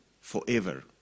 forever